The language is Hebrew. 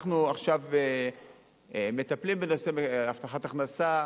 אנחנו עכשיו מטפלים בנושא הבטחת הכנסה,